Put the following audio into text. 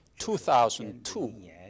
2002